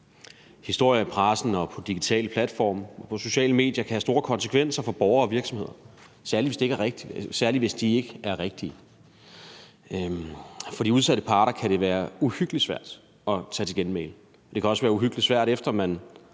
Historier i pressen og på digitale platforme på sociale medier kan have store konsekvenser for borgere og virksomheder, særlig hvis de ikke er rigtige. For de udsatte parter kan det være uhyggelig svært at tage til genmæle. Det kan også være uhyggelig svært, efter at